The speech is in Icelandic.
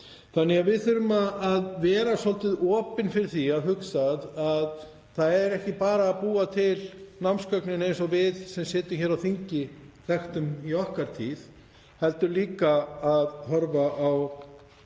á netinu. Við þurfum að vera svolítið opin fyrir því að hugsa að það á ekki bara að búa til námsgögn eins og við sem sitjum hér á þingi þekktum í okkar tíð heldur líka að horfa á